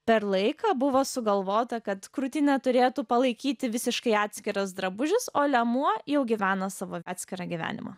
per laiką buvo sugalvota kad krūtinę turėtų palaikyti visiškai atskiras drabužis o liemuo jau gyvena savo atskirą gyvenimą